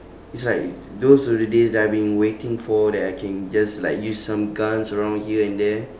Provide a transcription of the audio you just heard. it's like those were the days that I've been waiting for that I can just like use some guns around here and there